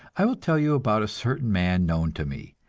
i will tell you about a certain man known to me.